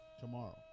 Tomorrow